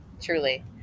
truly